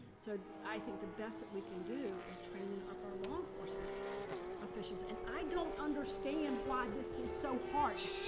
so i think the best that we can do is training up our law enforcement officials. and i don't understand why this is so hard.